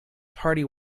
party